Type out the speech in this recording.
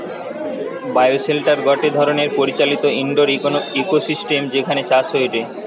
bioshelter গটে ধরণের পরিচালিত ইন্ডোর ইকোসিস্টেম যেখানে চাষ হয়টে